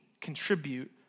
contribute